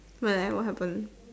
why leh what happen